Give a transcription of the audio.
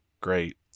great